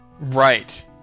Right